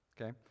Okay